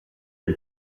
del